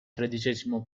tredicesimo